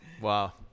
wow